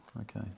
Okay